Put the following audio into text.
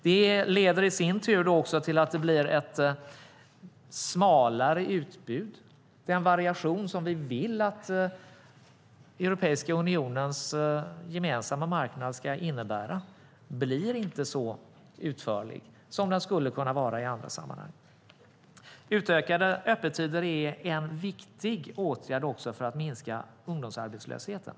Det leder i sin tur till att det blir ett smalare utbud. Den variation som vi vill att Europeiska unionens gemensamma marknad ska innebära blir inte så utförlig som den skulle kunna vara i andra sammanhang. Utökade öppettider är också en viktig åtgärd för att minska ungdomsarbetslösheten.